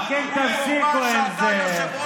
על כן, תמשיכו עם זה.